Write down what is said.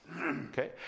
Okay